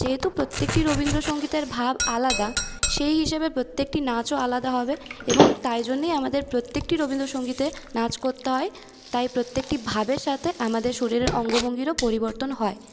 যেহেতু প্রত্যেকটি রবীন্দ্রসঙ্গীতের ভাব আলাদা সেই হিসেবে প্রত্যেকটি নাচও আলাদা হবে এবং তাই জন্যেই আমাদের প্রত্যেকটি রবীন্দ্রসঙ্গীতে নাচ করতে হয় তাই প্রত্যেকটি ভাবের সাথে আমাদের শরীরের অঙ্গভঙ্গীরও পরিবর্তন হয়